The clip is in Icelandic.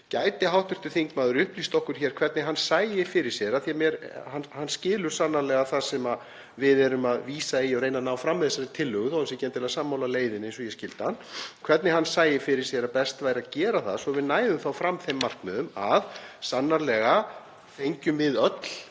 Gæti hv. þingmaður upplýst okkur um hvernig hann sæi fyrir sér — hann skilur sannarlega það sem við erum að vísa í og reyna að ná fram með þessari tillögu þótt hann sé ekki endilega sammála leiðinnni, eins og ég skildi hann — að best væri að gera það svo að við næðum þá fram þeim markmiðum að sannarlega fengjum við öll